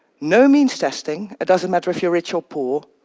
no means testing it doesn't matter if you're rich or poor.